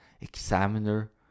examiner